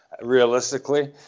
realistically